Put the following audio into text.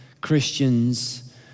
Christians